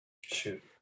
Shoot